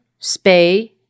spay